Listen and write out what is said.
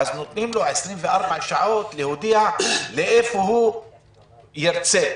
נותנים לו 24 שעות להודיע איפה הוא ירצה,